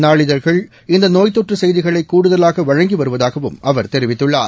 நாளிதழ்கள் இந்த நோய் தொற்று செய்திகளை கூடுதலாக வழங்கி வருவதாகவும் அவர் தெரிவித்துள்ளார்